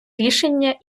рішення